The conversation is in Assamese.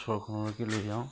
ওচৰৰ খনলৈকে লৈ যাওঁ